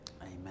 Amen